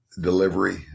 delivery